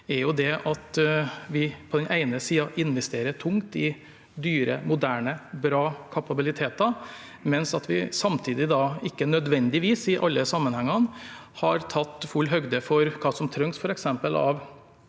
er at vi på den ene siden investerer tungt i dyre, moderne, bra kapabiliteter, mens vi samtidig ikke nødvendigvis har tatt full høyde for hva som trengs i